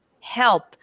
help